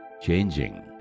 changing